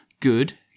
Good